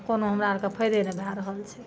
कोनो हमरा आरके फैदे नहि भए रहल छै